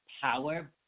Power